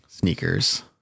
Sneakers